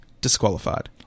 disqualified